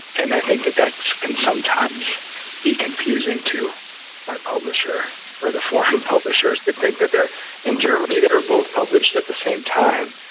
and i think that that can sometimes be confusing to my publisher or the foreign publishers that think that they're in germany. they were both published at the same time.